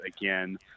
again